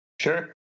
Sure